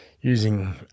using